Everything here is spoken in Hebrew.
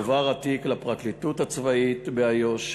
יועבר התיק לפרקליטות הצבאית באיו"ש